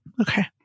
Okay